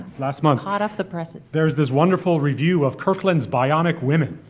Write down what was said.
last month. hot off the presses. there's this wonderful review of kirkland's bionic women.